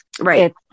Right